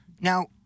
Now